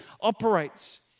operates